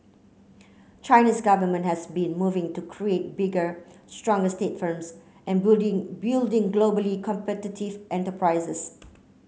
China's government has been moving to create bigger stronger state firms and building globally competitive enterprises